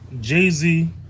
Jay-Z